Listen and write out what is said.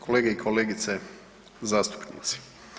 Kolege i kolegice zastupnici.